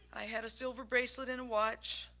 i had a silver bracelet and a watch,